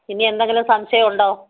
ഇനി എന്തെങ്കിലും സംശയം ഉണ്ടോ